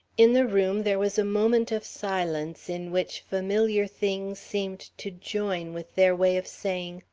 in the room, there was a moment of silence in which familiar things seemed to join with their way of saying,